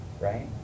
right